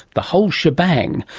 the whole shebang,